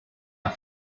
are